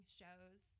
shows